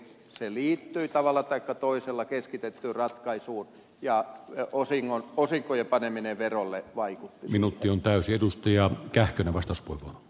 se liittyi tavalla taikka toisella keskitettyyn ratkaisuun ja osinkojen paneminen verolle vaikutti minuutti on täysi edustaja kähkönen vastus siihen